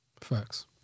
Facts